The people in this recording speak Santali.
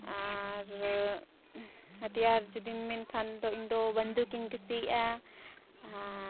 ᱟᱨ ᱦᱟᱛᱤᱭᱟᱨ ᱡᱩᱫᱤᱢ ᱢᱮᱱᱠᱷᱟᱱ ᱫᱚ ᱤᱧᱫᱚ ᱵᱟᱹᱱᱫᱩᱠᱤᱧ ᱠᱩᱥᱤᱭᱟᱜᱼᱟ